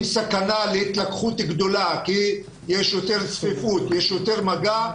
עם סכנה להתלקחות גדולה כי יש יותר צפיפות ויש יותר מגע.